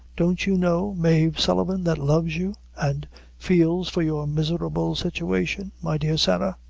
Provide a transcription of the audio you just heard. don't you know mave sullivan, that loves you, an' feels for your miserable situation, my dear sarah.